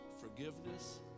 forgiveness